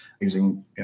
using